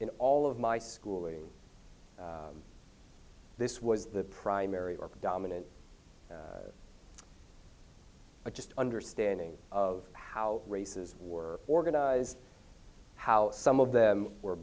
in all of my schooling this was the primary or dominant but just understanding of how races were organized how some of them were